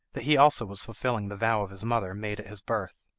that he also was fulfilling the vow of his mother made at his birth.